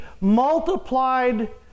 multiplied